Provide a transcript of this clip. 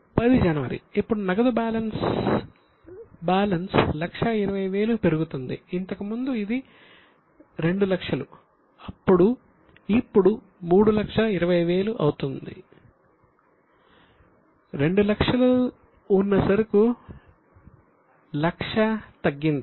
10 జనవరి ఇప్పుడు నగదు బ్యాలెన్స్ 120000 పెరుగుతుంది ఇంతక ముందు ఇది 200000 ఇప్పుడు 320000 అవుతుంది 200000 ఉన్న సరుకు 100000 తగ్గింది